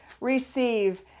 receive